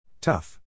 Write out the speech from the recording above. Tough